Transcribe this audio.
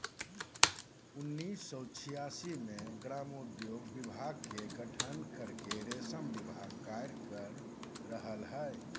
उन्नीस सो छिआसी मे ग्रामोद्योग विभाग के गठन करके रेशम विभाग कार्य कर रहल हई